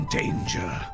danger